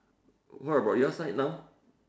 what about your side now